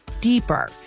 deeper